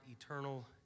eternal